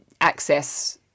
access